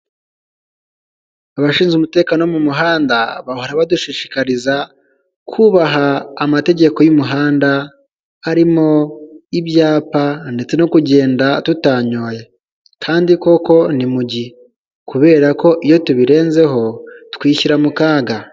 Abashinzwe umutekano mu muhanda bahora badushishikariza kubaha amategeko y'umuhanda harimo ibyapa ndetse no kugenda tutanyoye kandi koko ni kubera ko iyo tubirenzeho twishyira mu kaga.